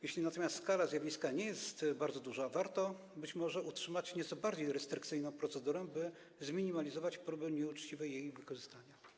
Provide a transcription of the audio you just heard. Jeśli natomiast skala zjawiska nie jest bardzo duża, warto być może utrzymać nieco bardziej restrykcyjną procedurę, by zminimalizować próbę nieuczciwego jej wykorzystania.